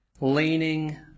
leaning